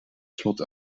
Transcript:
slot